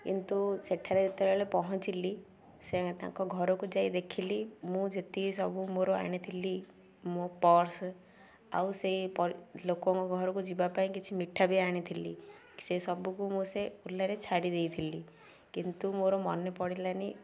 କିନ୍ତୁ ସେଠାରେ ଯେତେବେଳେ ପହଞ୍ଚିଲି ସେ ତାଙ୍କ ଘରକୁ ଯାଇ ଦେଖିଲି ମୁଁ ଯେତିକି ସବୁ ମୋର ଆଣିଥିଲି ମୋ ପର୍ସ୍ ଆଉ ସେଇ ଲୋକଙ୍କ ଘରକୁ ଯିବା ପାଇଁ କିଛି ମିଠା ବି ଆଣିଥିଲି ସେ ସବୁକୁ ମୁଁ ସେ ଓଲାରେ ଛାଡ଼ି ଦେଇଥିଲି କିନ୍ତୁ ମୋର ମନେ ପଡ଼ିଲାନି